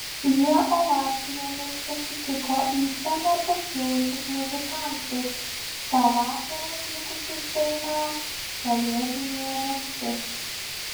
jie ovacijomis pasitiko į sceną pakilusius muzikantus tą vakarą atlikusius dainą kalėdinė naktis